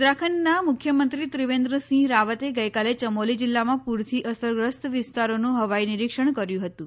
ઉત્તરાખંડના મુખ્યમંત્રી ત્રિવેન્દ્રસિંહ રાવતે ગઇકાલે યમોલી જિલ્લામાં પૂરથી અસરગ્રસ્ત વિસ્તારોનું હવાઇ નિરીક્ષણ કર્યું હતું